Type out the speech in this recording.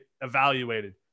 evaluated